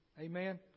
Amen